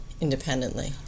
independently